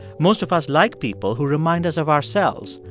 most of us like people who remind us of ourselves,